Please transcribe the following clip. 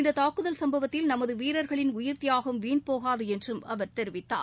இந்த தாக்குதல் சும்பவத்தில் நமது வீரர்களின் உயிர்த் தியாகும் வீண்போகாது என்றும் அவர் தெரிவித்தார்